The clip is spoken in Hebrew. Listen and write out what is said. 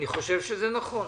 אני חושב שזה נכון.